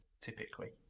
typically